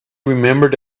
remembered